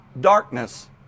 darkness